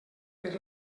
per